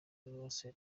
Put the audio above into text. rwose